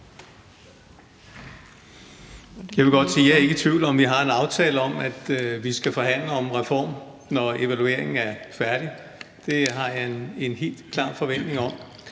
Jeg vil godt sige, at jeg ikke er i tvivl om, at vi har en aftale om, at vi skal forhandle om en reform, når evalueringen er færdig. Det har jeg en helt klar forventning om.